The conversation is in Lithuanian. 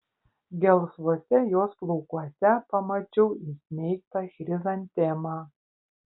gelsvuose jos plaukuose pamačiau įsmeigtą chrizantemą